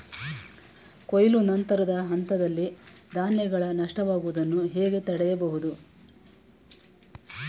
ಕೊಯ್ಲು ನಂತರದ ಹಂತದಲ್ಲಿ ಧಾನ್ಯಗಳ ನಷ್ಟವಾಗುವುದನ್ನು ಹೇಗೆ ತಡೆಯಬಹುದು?